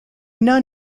nun